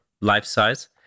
life-size